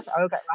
Okay